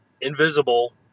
invisible